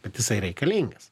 bet jisai reikalingas